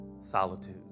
solitude